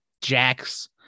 jacks